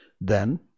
Then